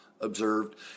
observed